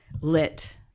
lit